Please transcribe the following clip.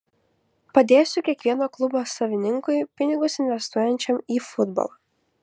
padėsiu kiekvieno klubo savininkui pinigus investuojančiam į futbolą